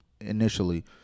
initially